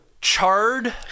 charred